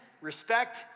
respect